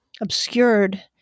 obscured